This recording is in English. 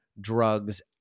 drugs